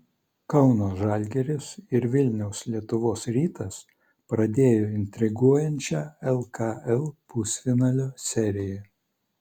kauno žalgiris ir vilniaus lietuvos rytas pradėjo intriguojančią lkl pusfinalio seriją